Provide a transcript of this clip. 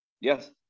Yes